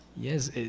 yes